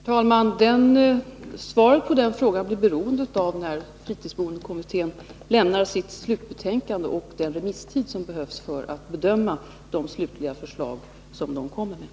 Herr talman! Svaret på den frågan beror på när fritidsboendekommittén lämnar sitt slutbetänkande och på den remisstid som behövs för att bedöma de slutliga förslag som kommer fram.